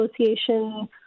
Association